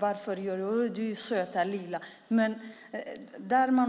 Vad gör du med den söta lilla flickan?